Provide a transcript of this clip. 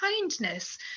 kindness